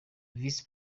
visi